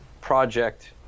project